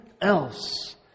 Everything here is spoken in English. else